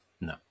no